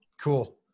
Cool